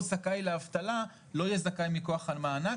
זכאי לאבטלה לא יהיה זכאי מכח המענק,